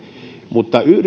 mutta